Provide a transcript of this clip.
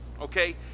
okay